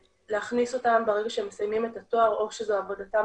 להכניס אותם ברגע שהם מסיימים את התואר או כשזו עבודתם